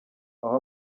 aho